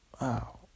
Wow